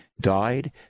died